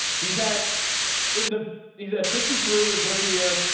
he's had the he's at fifty three, his rookie year,